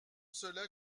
cela